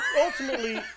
Ultimately